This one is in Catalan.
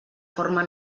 forma